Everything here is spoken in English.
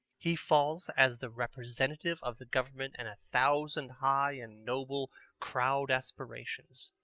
he falls as the representative of the government and a thousand high and noble crowd aspirations.